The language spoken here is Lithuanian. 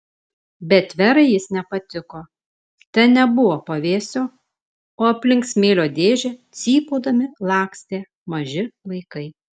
bet verai jis nepatiko ten nebuvo pavėsio o aplink smėlio dėžę cypaudami lakstė maži vaikai